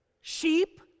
Sheep